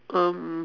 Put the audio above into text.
um mm